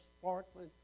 sparkling